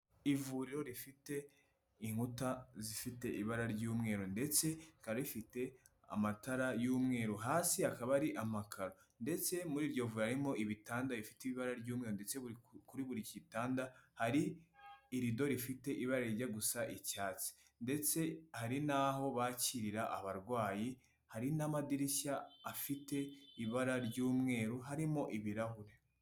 Ivuriro rifite inkuta zifite ibara ry'umweru ndetse rikaba rifite amatara y'umweru hasi hakaba hari amakaro, ndetse muri iryo vuriro harimo ibitanda bifite ibara ry'umweru kuri buri gitanda hari irido rifite ibara rjya gusa icyatsi, ndetse hari naho bakirira abarwayi hari n'amadirishya afite ibara ry'umweru harimo ibirahure.